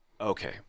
okay